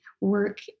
work